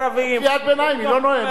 גלאון, קריאת ביניים, היא לא נואמת.